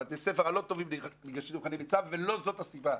בתי הספר הלא-טובים ניגשים למבחני מיצ"ב ולא זו הסיבה.